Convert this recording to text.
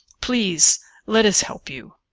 please let us help you.